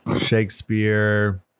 Shakespeare